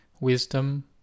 wisdom